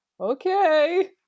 okay